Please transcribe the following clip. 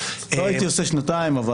לא הייתי עושה שנתיים.